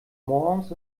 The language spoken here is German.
morgens